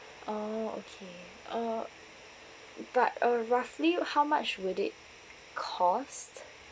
oh okay uh but uh roughly how much would it cost